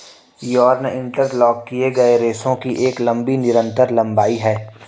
yarn interlock किए गए रेशों की एक लंबी निरंतर लंबाई है